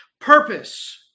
purpose